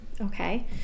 Okay